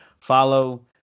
follow